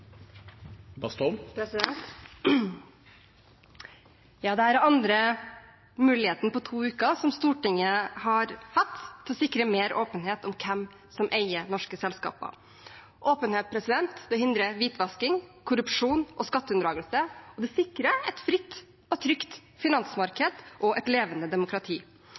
andre muligheten på to uker som Stortinget har hatt til å sikre mer åpenhet om hvem som eier norske selskaper. Åpenhet hindrer hvitvasking, korrupsjon og skatteunndragelse, og det sikrer et fritt og trygt finansmarked og et levende demokrati.